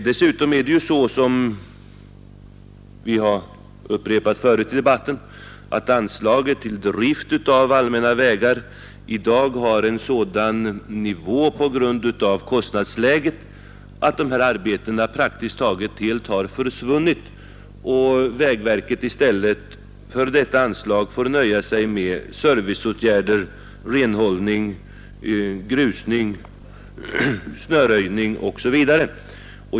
Dessutom är det ju så, som vi har sagt förut i debatten, att anslaget till drift av allmänna vägar i dag har en sådan låg nivå på grund av kostnadsläget att de här arbetena praktiskt taget helt har försvunnit och vägverket i stället får nöja sig med serviceåtgärder, renhållning, grusning, snöröjning osv.